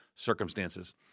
circumstances